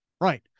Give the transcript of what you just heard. Right